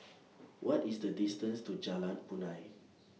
What IS The distance to Jalan Punai